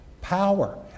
Power